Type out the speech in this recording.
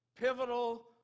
Pivotal